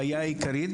בעיה עיקרית,